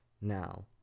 now